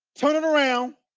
turn it around,